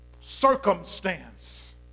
circumstance